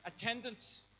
attendance